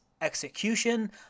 execution